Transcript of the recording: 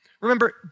Remember